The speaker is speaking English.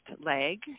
leg